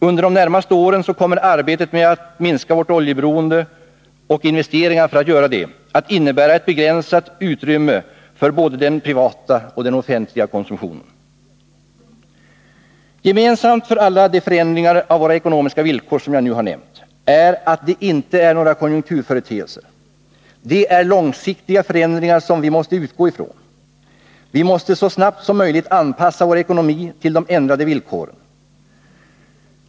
Under de närmaste åren kommer arbetet med att minska vårt oljeberoende och investeringar för att göra det att innebära begränsat utrymme för både den privata och den offentliga konsumtionen. Gemensamt för alla de förändringar av våra ekonomiska villkor som jag nu har nämnt är att de inte är några konjunkturföreteelser. Det är långsiktiga förändringar som vi måste utgå ifrån. Vi måste så snabbt som möjligt anpassa vår ekonomi till de ändrade villkoren.